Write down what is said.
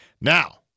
Now